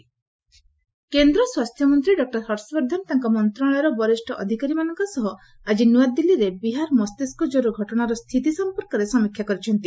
ହର୍ଷବର୍ଦ୍ଧନ କେନ୍ଦ୍ର ସ୍ୱାସ୍ଥ୍ୟମନ୍ତ୍ରୀ ଡକୁର ହର୍ଷବର୍ଦ୍ଧନ ତାଙ୍କ ମନ୍ତ୍ରଣାଳୟର ବରିଷ ଅଧିକାରୀମାନଙ୍କ ସହ ଆଜି ନୂଆଦିଲ୍ଲୀରେ ବିହାର ମସ୍ତିଷ୍କ ଜ୍ୱର ଘଟଣାର ସ୍ଥିତି ସମ୍ପର୍କରେ ସମୀକ୍ଷା କରିଛନ୍ତି